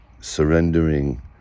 surrendering